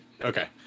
Okay